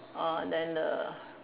uh then the